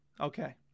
Okay